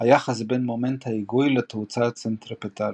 -היחס בין מומנט ההיגוי לתאוצה הצנטריפטלית.